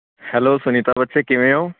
hello Sunita ਬੱਚੇ ਕਿਵੇਂ ਹੋ